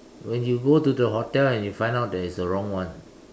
when you go to the hotel and you find out that it is a wrong one